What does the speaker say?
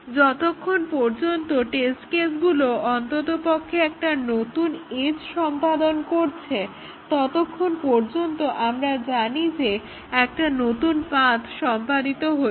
যতক্ষণ পর্যন্ত টেস্ট কেসগুলো অন্ততপক্ষে একটা নতুন এজ্ সম্পাদন করছে ততক্ষণ পর্যন্ত আমরা জানি যে একটা নতুন পাথ্ সম্পাদিত হচ্ছে